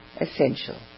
essential